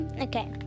Okay